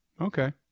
Okay